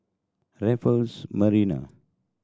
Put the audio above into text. Raffles Marina